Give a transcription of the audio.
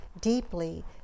deeply